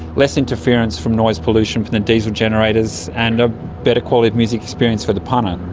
less interference from noise pollution from the diesel generators and a better quality of music experience for the punter.